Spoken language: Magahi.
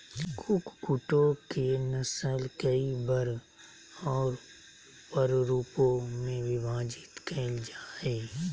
कुक्कुटों के नस्ल कई वर्ग और प्ररूपों में विभाजित कैल जा हइ